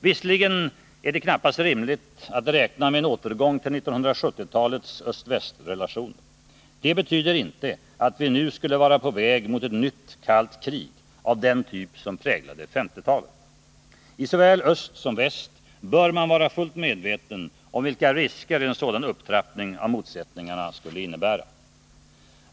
Visserligen är det knappast rimligt att räkna med en återgång till 1970-talets öst-västrelationer. Det betyder inte att vi nu är på väg mot ett nytt kallt krig av den typ som präglade 1950-talet. I såväl öst som väst bör man vara fullt medveten om vilka risker en sådan upptrappning av motsättningarna skulle innebära.